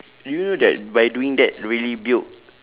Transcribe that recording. do you know that by doing that really build